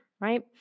right